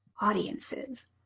audiences